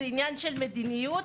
זה עניין של מדיניות,